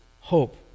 hope